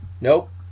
Nope